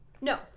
No